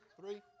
three